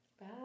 Bye